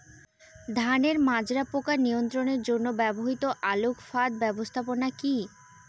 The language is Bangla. ধানের মাজরা পোকা নিয়ন্ত্রণের জন্য ব্যবহৃত আলোক ফাঁদ ব্যবস্থাপনা কি?